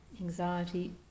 anxiety